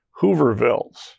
Hoovervilles